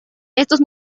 estos